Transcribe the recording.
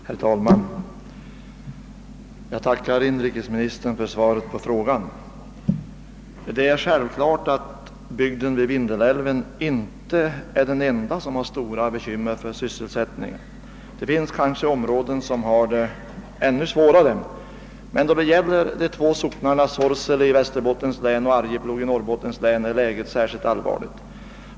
Herr talman! Jag tackar inrikesministern för svaret på min fråga. Det är självklart att bygden vid Vindelälven inte är den enda som har stora bekymmer för sysselsättningen. Det finns kanske områden som har det ännu svårare. I de två socknarna Sorsele i Västerbottens län och Arjeplog i Norrbottens län är läget emellertid särskilt allvarligt.